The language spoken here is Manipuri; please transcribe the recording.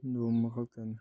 ꯑꯗꯨꯒꯨꯝꯕ ꯈꯛꯇꯅꯤ